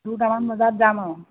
দুটামান বজাত যাম আৰু